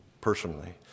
personally